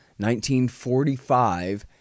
1945